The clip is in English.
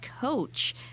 coach